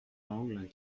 angles